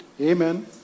Amen